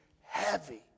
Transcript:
heavy